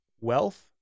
wealth